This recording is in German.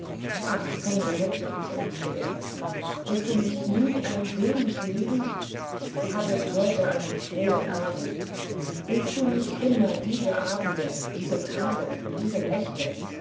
ach henriette seufzte er wirst du mich nie ein wenig lieben du hattest heute einen frohen abend willst du nicht immer diese abende diese tage diese nächte